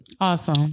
Awesome